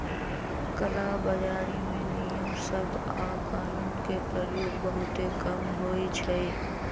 कला बजारी में नियम सभ आऽ कानून के प्रयोग बहुते कम होइ छइ